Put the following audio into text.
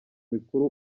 mikuru